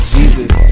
Jesus